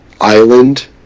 island